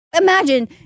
Imagine